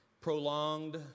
prolonged